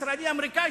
הישראלי-האמריקני,